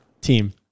team